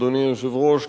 אדוני היושב-ראש,